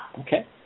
Okay